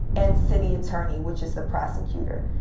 and city attorney, which is the prosecutor.